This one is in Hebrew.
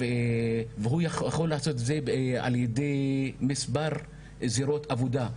הוא יכול לעשות את זה על ידי מספר זירות עבודה.